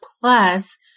plus